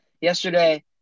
yesterday